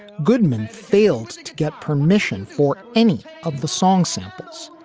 goodman failed to get permission for any of the song samples.